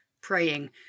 praying